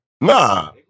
Nah